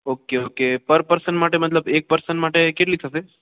okay okay per person માટે મતલબ એક પર્સન માટે કેટલી થશે